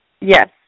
Yes